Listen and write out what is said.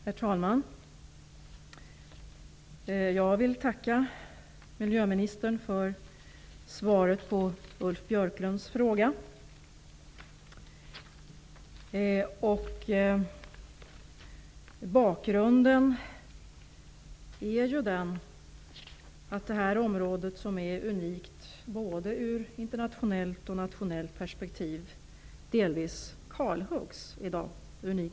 Herr talman! Jag vill tacka miljöministern för svaret på Ulf Björklunds fråga. Bakgrunden till frågan är att det här området, som är unikt i både internationellt och nationellt perspektiv, delvis kalhuggs i dag.